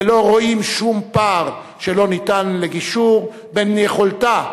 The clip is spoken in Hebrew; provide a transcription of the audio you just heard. ולא רואים שום פער שלא ניתן לגישור בין יכולתה,